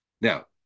Now